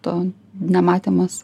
to nematymas